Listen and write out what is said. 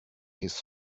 his